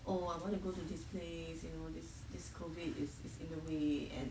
oh I want to go to this place you know this this COVID is is in the way and